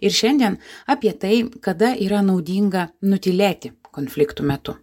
ir šiandien apie tai kada yra naudinga nutylėti konfliktų metu